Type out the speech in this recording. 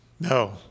No